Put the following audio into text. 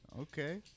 Okay